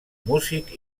músic